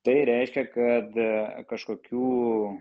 tai reiškia kad kažkokių